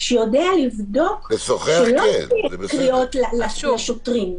שיודע לבדוק שלא יהיו קריאות לשוטרים.